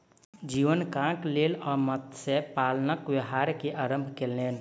जीवीकाक लेल ओ मत्स्य पालनक व्यापार के आरम्भ केलैन